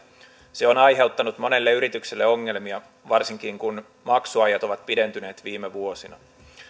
se on aiheuttanut monelle yritykselle ongelmia varsinkin kun maksuajat ovat pidentyneet viime vuosina